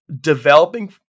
developing